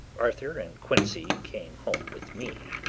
arthur and quincey came home with me,